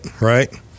right